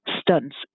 stunts